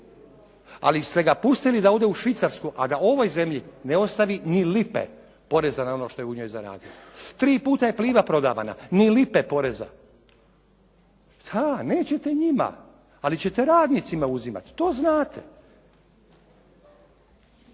ali ste ga pustili da ode u Švicarsku a da ovoj zemlji ne ostavi ni lipe poreza na ono što je u njoj zaradio. Tri puta je Pliva prodavana. Ni lipe poreza. Da, nećete njima, ali ćete radnicima uzimati. To znate.